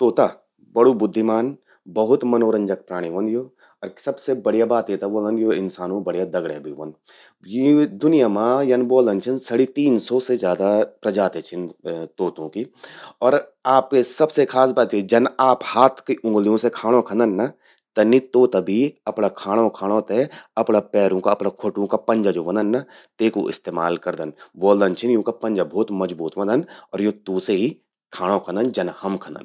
तोता..बहुत बुद्धिमान, बहुत मनोरंजक प्राणी ह्वंद यो। सबसे बढ्या बात येते ब्वोल्दन कि यो इंसानो बढ्या दगड़्या भी व्हंद। यूं दुनिया मां यन ब्वोल्दन छिन कि साढ़े तीन सौ से ज्यादा प्रजाति छिन तोतूं कि और सबसे खास बात या चि कि जन आप हाथ कि उंगल्यूं से खाणों खंदन ना, तनि तोता भी अपणां खाणों खाणों ते अपणा परों का, अपणां ख्वोटूं का पंजा ज्वो ह्वोंदन ना, तेकू इस्तेमाल करदन। ब्वोल्दन छिन यूंका पंजा भौत मजबूत ह्वंदन और यो तूंसे ही खांणों खंदन, जन हम खंदन।